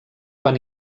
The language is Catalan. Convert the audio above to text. van